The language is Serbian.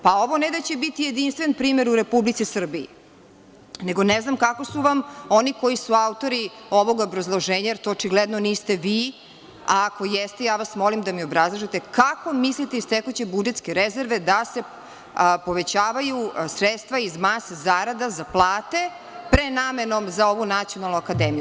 Pa, ovo ne da će biti jedinstven primer u Republici Srbiji, nego ne znam kako su vam oni koji su autori ovoga obrazloženja, jer to očigledno niste vi, a ako jeste, ja vas molim da mi obrazložite kako mislite iz tekuće budžetske rezerve da se povećavaju sredstva iz mase zarada za plate prenamenom za ovu Nacionalnu akademiju.